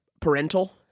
parental